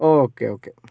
okay okay